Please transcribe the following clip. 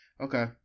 Okay